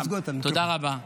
תודה רבה.